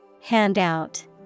Handout